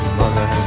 mother